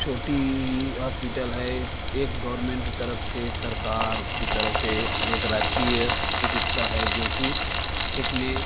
छोटा हौस्पिटल है एक गौर्मेंट के तरफ़ से सरकार कि तरफ़ से एक राजकीय चिकित्सा है जो कि इसमें